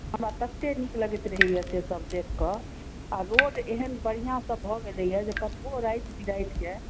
हमरा ततेक नीक लगैत रहैया से सब गप कय आ रोड एहन बढ़िऑं सय भऽ गेलैया जे कतबो राती बीराति कय